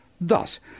Thus